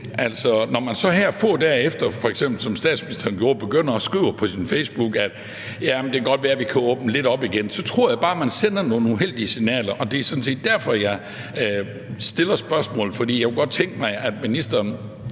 Når man så her få dage efter, som statsministeren gjorde, f.eks. begynder at skrive på Facebook, at det godt kan være, at vi kan åbne lidt op igen, så tror jeg bare, man sender nogle uheldige signaler. Det er sådan set derfor, jeg stiller spørgsmålet. For jeg kunne godt tænke mig, at ministeren